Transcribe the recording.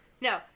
No